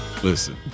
Listen